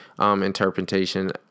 interpretation